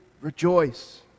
rejoice